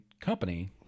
company